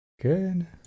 Good